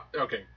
Okay